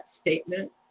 statement